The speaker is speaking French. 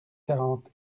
quarante